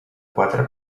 quatre